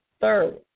Third